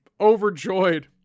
overjoyed